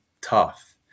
tough